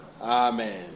Amen